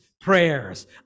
Prayers